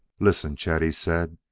listen, chet, he said,